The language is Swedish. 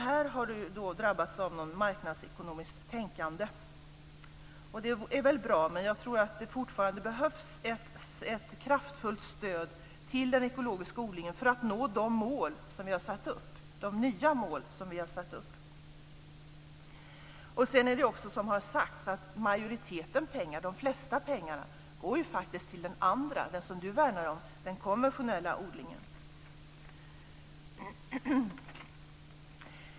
Här har man drabbats av något marknadsekonomiskt tänkande, och det är väl bra men jag tror att det fortfarande behövs ett kraftfullt stöd till den ekologiska odlingen för att nå de nya mål som vi har satt upp. Det är som det också sagts, att det mesta av pengarna går till den konventionella odlingen, som man vill värna.